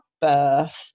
birth